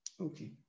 Okay